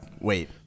Wait